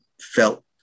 felt